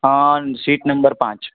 અન seat number પાંચ